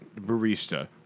barista